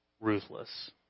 ruthless